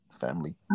family